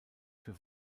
für